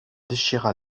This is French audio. déchira